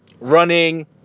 running